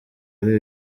ari